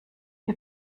wir